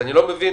אני לא מבין